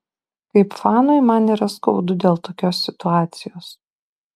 kaip fanui man yra skaudu dėl tokios situacijos